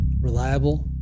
reliable